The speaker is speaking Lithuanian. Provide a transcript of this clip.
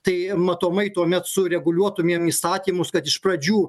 tai matomai tuomet sureguliuotumėm įstatymus kad iš pradžių